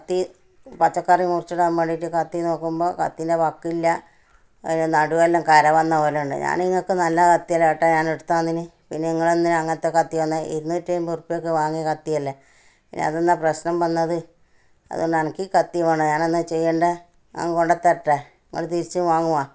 കത്തി പച്ചക്കറി മുറിച്ചിടാൻ വേണ്ടിയിട്ട് കത്തി നോക്കുമ്പോൾ കത്തീൻ്റെ വക്കില്ല അതിൻ്റെ നടുവെല്ലാം കര വന്നത് പോലുണ്ട് ഞാൻ ഇങ്ങക്ക് നല്ല കത്തി അല്ലേ എട്ടാ ഞാനെടുത്ത് തന്നിനി പിന്നെ ഇങ്ങളെന്തിനാണ് അങ്ങനത്തെ കത്തി തന്നത് ഇരുന്നൂറ്റിഅൻപത് റുപ്പിയയ്ക്ക് വാങ്ങിയ കത്തിയല്ലെ അതെന്നാ പ്രശ്നം വന്നത് അതുകൊണ്ടനക്ക് കത്തി വേണ ഞാനെന്താണ് ചെയ്യേണ്ടത് ഞാൻ കൊണ്ടുത്തരട്ടേ ഇങ്ങൾ തിരിച്ച് വാങ്ങുവോ